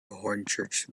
hornchurch